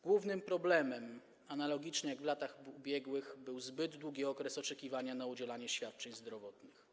Głównym problemem, analogicznie jak w latach ubiegłych, był zbyt długi okres oczekiwania na udzielanie świadczeń zdrowotnych.